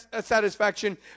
satisfaction